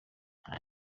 nta